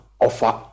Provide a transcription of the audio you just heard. offer